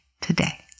today